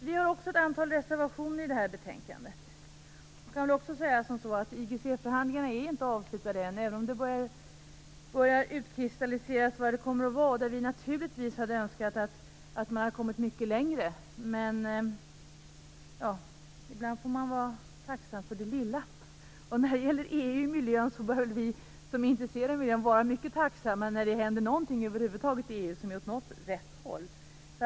Miljöpartiet har ett antal reservationer i detta betänkande. IGC-förhandlingarna är ännu inte avslutade, även om mycket börjar utkristalliseras. Vi hade naturligtvis önskat att man hade kommit mycket längre. Men ibland får man vara tacksam för det lilla. När det gäller EU och miljön får vi som är intresserade av miljön vara mycket tacksamma när det händer någonting över huvud taget som är åt rätt håll.